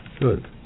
Good